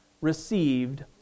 received